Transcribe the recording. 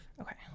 okay